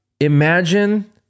imagine